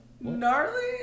gnarly